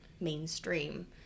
mainstream